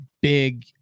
big